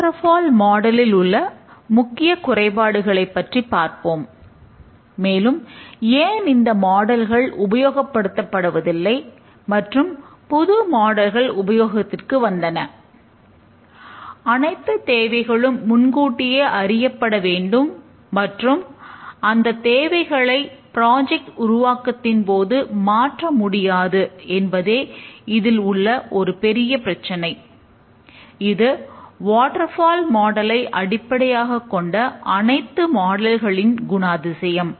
water fall மாடலிலுள்ள குணாதிசயம்